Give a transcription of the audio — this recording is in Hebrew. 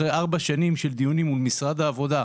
אחרי 4 שנים של דיונים מול משרד העבודה,